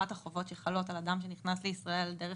אחת החובות שחלות על אדם שנכנס לישראל דרך